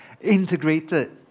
integrated